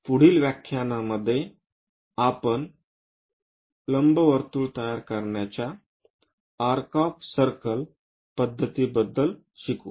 पुढील व्याख्यानामध्ये आपण लंबवर्तुळ तयार करण्याच्या आर्क ऑफ सर्कल पद्धतबद्दल शिकू